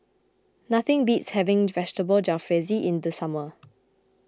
nothing beats having Vegetable Jalfrezi in the summer